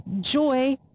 joy